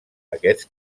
aquests